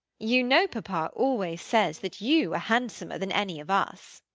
you know papa always says that you are handsomer than any of us.